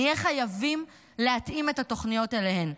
נהיה חייבים להתאים את התוכניות אליהם,